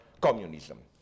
communism